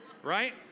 right